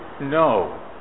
no